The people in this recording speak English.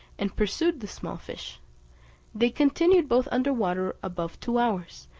and pursued the small fish they continued both under water above two hours,